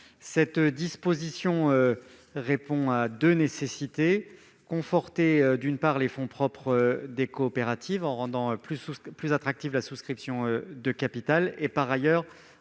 Cette disposition répond à deux nécessités : d'une part, conforter les fonds propres des coopératives en rendant plus attractive la souscription de capital social ; d'autre